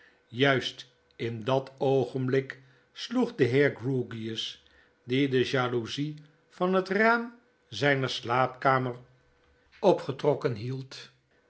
juist in dat oogenblik sloeg de heer grewgious die de jaloezie van het raam zyner slaapkamer opgetrokken hield